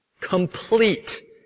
complete